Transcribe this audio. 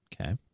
okay